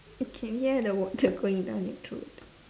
you can hear the water going down your throat